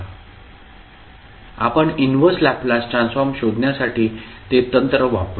आपण inverse Laplace transform शोधण्यासाठी ते तंत्र वापरू